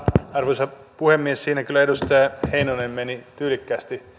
arvoisa puhemies siinä kyllä edustaja heinonen meni tyylikkäästi